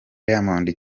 diamond